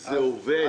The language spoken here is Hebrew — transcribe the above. זה כבר עובד.